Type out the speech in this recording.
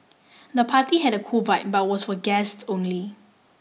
the party had a cool vibe but was for guests only